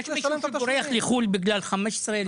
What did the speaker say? יש מישהו שבורח לחו"ל בגלל 15,000 שקל?